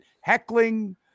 heckling